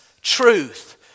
truth